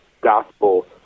gospel